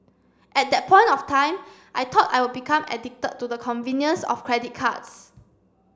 at that point of time I thought I would become addicted to the convenience of credit cards